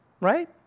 right